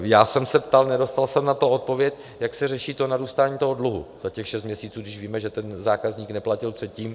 Já jsem se ptal, nedostal jsem na to odpověď, jak se řeší narůstání toho dluhu za těch šest měsíců, když víme, že ten zákazník neplatil předtím.